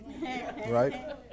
right